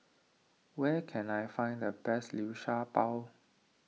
where can I find the best Liu Sha Bao